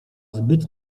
zbyt